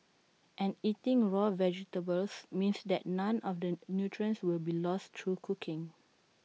and eating raw vegetables means that none of the nutrients will be lost through cooking